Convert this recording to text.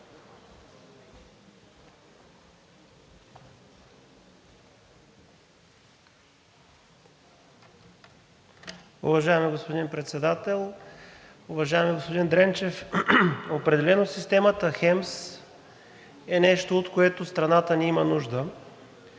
Уважаеми господин Председател! Уважаеми господин Дренчев, определено системата ХЕМС е нещо, от което страната ни има нужда.